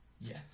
Yes